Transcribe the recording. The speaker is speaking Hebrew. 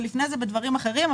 ולפני זה בדברים אחרים.